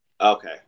Okay